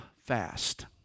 fast